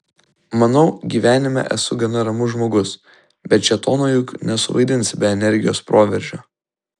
manau gyvenime esu gana ramus žmogus bet šėtono juk nesuvaidinsi be energijos proveržio